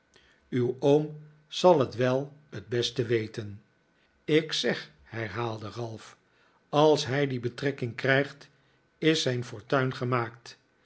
uw oom zal het wel t beste weten ik zeg herhaalde ralph als hij die betrekking krijgt is zijn fortuin gemaakt